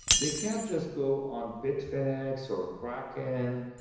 they can't just go on bitfenix, or crackend.